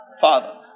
Father